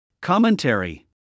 Commentary